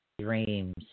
dreams